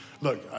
Look